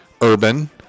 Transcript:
Urban